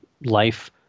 life